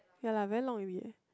ya la very long already